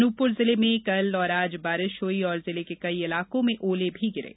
अनूपपुर जिले में कल और आज बारिश हुई और जिले के कई इलाकों मे ओले भी गिरे